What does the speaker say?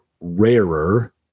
rarer